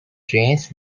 trains